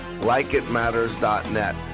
LikeItMatters.net